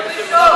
מקשיב בקשב רב,